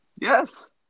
Yes